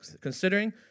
considering